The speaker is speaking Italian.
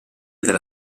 della